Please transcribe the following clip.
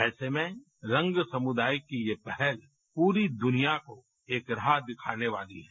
ऐसे में रंग समुदाय की ये पहल पूरी दुनिया को एक राह दिखाने वाली है